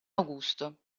augusto